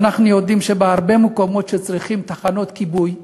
ואנחנו יודעים שבהרבה מקומות שצריכים בהם תחנות כיבוי,